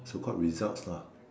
so called results lah